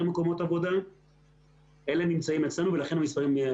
הוועדה הייתה במפקדת אלון בפיקוד העורף,